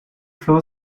flow